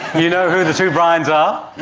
you know who the two brians are,